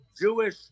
Jewish